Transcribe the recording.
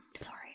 sorry